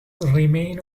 remain